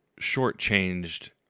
shortchanged